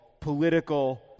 political